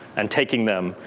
and taking them,